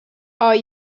are